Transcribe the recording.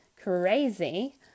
crazy